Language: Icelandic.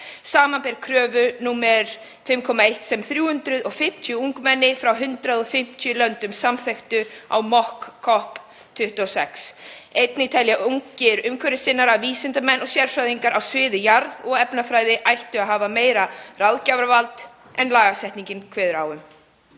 samanber kröfu nr. 5.1, sem 350 ungmenni frá 150 löndum samþykktu á Mock COP26. Einnig telja ungir umhverfissinnar að vísindamenn og sérfræðingar á sviði jarð- og efnafræði ættu að hafa meira ráðgjafarvald en lagasetningin kveður á um.“